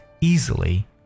easily